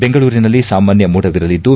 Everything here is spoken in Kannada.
ಬೆಂಗಳೂರಿನಲ್ಲಿ ಸಾಮಾನ್ಯ ಮೋಡವಿರಲಿದ್ದು